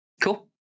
Cool